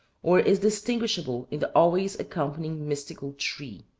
or is distinguishable in the always accompanying mystical tree.